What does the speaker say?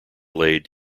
laid